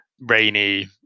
rainy